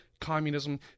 communism